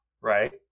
Right